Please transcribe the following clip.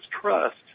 trust